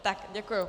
Tak, děkuji.